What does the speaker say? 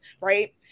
Right